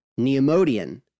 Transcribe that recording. Neomodian